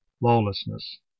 lawlessness